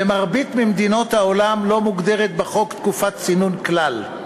במרבית מדינות העולם לא מוגדרת בחוק תקופת צינון כלל.